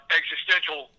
existential